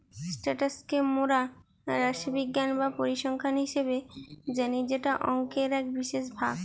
status কে মোরা রাশিবিজ্ঞান বা পরিসংখ্যান হিসেবে জানি যেটা অংকের এক বিশেষ ভাগ